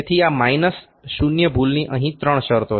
તેથી આ માઇનસ શૂન્ય ભૂલની અહીંયા ત્રણ શરતો છે